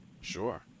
Sure